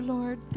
Lord